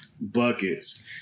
buckets